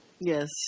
Yes